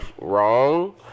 wrong